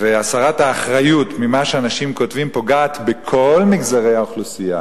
והסרת האחריות ממה שאנשים כותבים פוגעות בכל מגזרי האוכלוסייה.